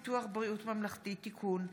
הצעת חוק ביטוח בריאות ממלכתי (תיקון,